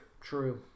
True